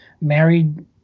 married